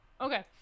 Okay